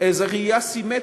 איזו ראייה סימטרית,